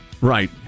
Right